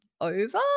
over